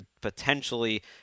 potentially